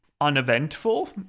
uneventful